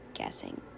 guessing